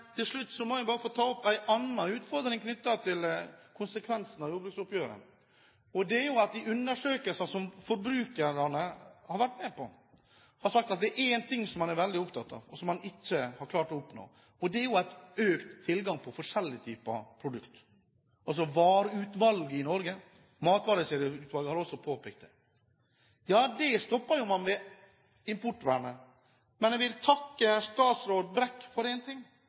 Til slutt må jeg bare få ta opp en annen utfordring knyttet til konsekvensen av jordbruksoppgjøret. Det er jo at i undersøkelser som forbrukerne har vært med på, er det nevnt én ting man er veldig opptatt av, og som man ikke har klart å oppnå; nemlig økt tilgang på forskjellige produkter – vareutvalget i Norge. Matvarekjedeutvalget har også påpekt det. Ja, det stopper man jo ved importvernet. Men jeg vil takke statsråd Brekk for én ting.